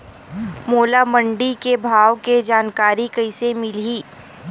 मोला मंडी के भाव के जानकारी कइसे मिलही?